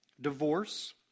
divorce